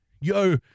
Yo